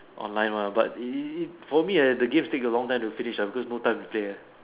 online mah but it it it for me ah the games takes a long time to finish because no time to play ah